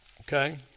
Okay